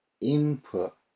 input